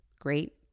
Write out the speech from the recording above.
great